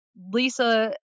Lisa